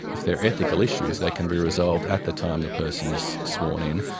if there are ethical issues they can be resolved at the time the person is sworn in.